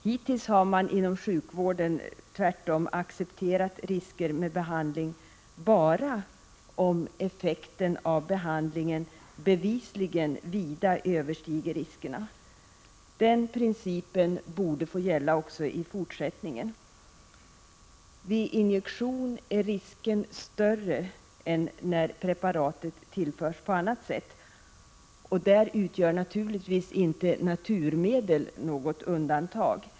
Hittills har man inom sjukvården tvärtom accepterat risker med behandling bara om effekten av behandlingen bevisligen vida överstiger riskerna. Den principen borde få gälla också i fortsättningen. Vid injektion är risken större än när preparatet tillförs på annat sätt, och därvidlag utgör naturligtvis inte naturmedel något undantag.